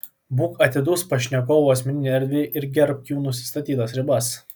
būk atidus pašnekovų asmeninei erdvei ir gerbki jų nusistatytas ribas